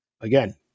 again